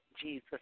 Jesus